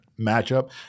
matchup